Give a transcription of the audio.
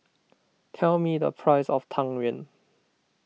tell me the price of Tang Yuen